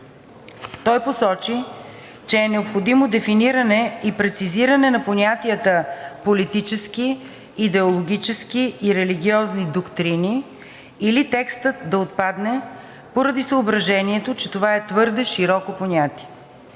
Той посочи, че е необходимо дефиниране и прецизиране на понятията „политически“, „идеологически“ и „религиозни“ доктрини или текстът да отпадане поради съображението, че това е твърде широко понятие.